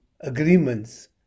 agreements